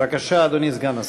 בבקשה, אדוני סגן השר.